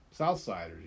Southsiders